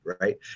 right